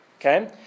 okay